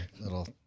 little